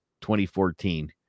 2014